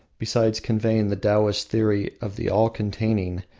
besides conveying the taoist theory of the all-containing,